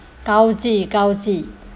gao ji gao ji